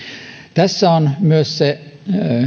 tässä on myös se